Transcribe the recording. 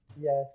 Yes